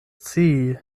scii